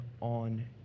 on